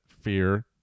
fear